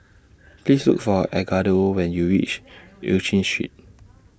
Please Look For Edgardo when YOU REACH EU Chin Street